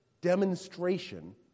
demonstration